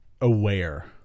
aware